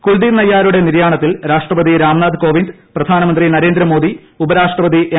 കുൽദീപ് നയ്യാരുടെ നിര്യാണത്തിൽ രാഷ്ട്രപതി രാംനാഥ് കോവിന്ദ് പ്രധാനമന്ത്രി നരേന്ദ്രമോദി ഉപരാഷ്ട്രപതി എം